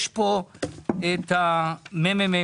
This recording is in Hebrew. יש פה את המ.מ.מ,